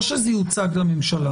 או שזה יוצג לממשלה.